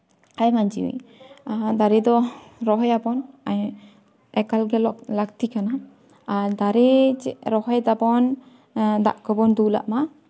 ᱟᱭᱢᱟ ᱡᱤᱣᱤ ᱫᱟᱨᱮ ᱫᱚ ᱨᱚᱦᱚᱭ ᱟᱵᱚᱱ ᱮᱠᱟᱞ ᱜᱮ ᱞᱟᱹᱠᱛᱤ ᱠᱟᱱᱟ ᱟᱨ ᱫᱟᱨᱮ ᱪᱮᱫ ᱨᱚᱦᱚᱭ ᱫᱟᱵᱚᱱ ᱫᱟᱜ ᱠᱚᱵᱚᱱ ᱫᱩᱞᱟᱜ ᱢᱟ